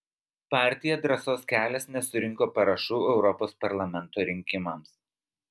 partija drąsos kelias nesurinko parašų europos parlamento rinkimams